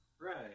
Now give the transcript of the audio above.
Right